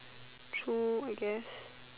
true I guess